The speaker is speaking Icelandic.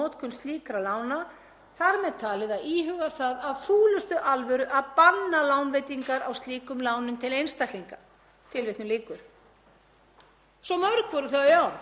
Svo mörg voru þau orð en af framansögðu má sjá að skaðinn sem verðtryggð lán valda heimilunum og hagkerfinu öllu er bæði víðtækur og alvarlegur.